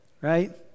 right